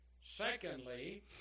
Secondly